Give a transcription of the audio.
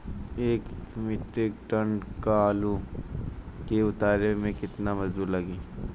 एक metric ton आलू के उतारे मे कितना मजदूर लागि?